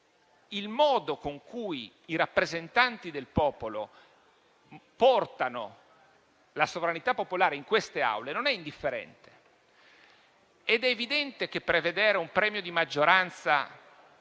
Il modo in cui i rappresentanti del popolo portano la sovranità popolare in queste Aule non è indifferente. È evidente che prevedere un premio di maggioranza